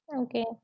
Okay